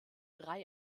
drei